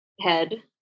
head